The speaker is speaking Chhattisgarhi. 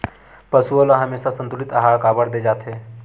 पशुओं ल हमेशा संतुलित आहार काबर दे जाथे?